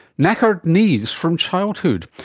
knackered knees from childhood.